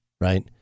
right